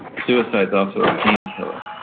suicide's also a painkiller.